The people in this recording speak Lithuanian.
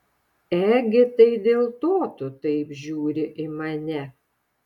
egi tai dėl to tu taip žiūri į mane